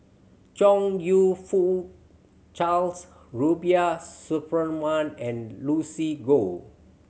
Chong You Fook Charles Rubiah Suparman and Lucy Goh